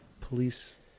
police